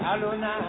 Aluna